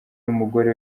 n’umugore